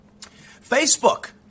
Facebook